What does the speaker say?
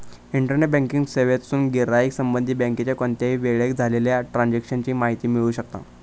internet banking सेवेतसून गिराईक संबंधित बँकेच्या कोणत्याही वेळेक झालेल्या ट्रांजेक्शन ची माहिती मिळवू शकता